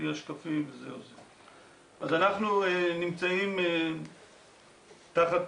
אנחנו נמצאים תחת